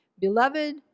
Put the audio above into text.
Beloved